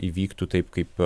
įvyktų taip kaip